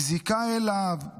מזיקה אליו,